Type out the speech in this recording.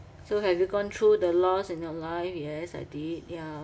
so have you gone through the loss in your life yes I did yeah